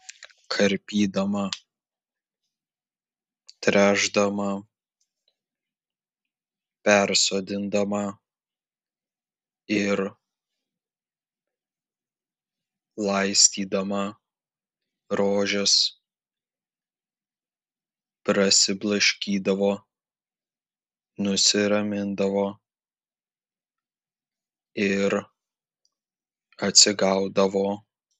karpydama tręšdama persodindama ir laistydama rožes prasiblaškydavo nusiramindavo ir atsigaudavo